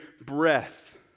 breath